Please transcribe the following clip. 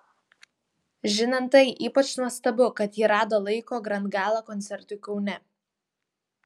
žinant tai ypač nuostabu kad ji rado laiko grand gala koncertui kaune